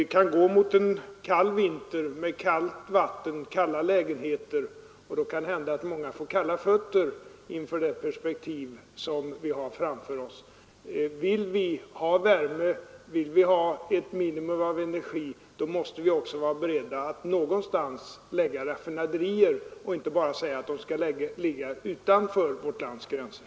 Vi kan gå mot en kall vinter med kallt vatten och kalla lägenheter, och då kan det hända att många får kalla fötter inför det perspektiv som vi har framför oss. Vill vi ha värme och ett minimum av energi, måste vi också vara att beredda att någonstans lägga raffinaderier och inte bara säga, att de skall ligga utanför vårt lands gränser.